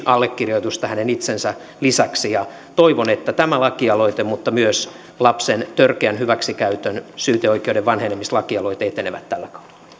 allekirjoitusta hänen itsensä lisäksi toivon että tämä lakialoite mutta myös lapsen törkeän hyväksikäytön syyteoikeuden vanhenemislakialoite etenevät tällä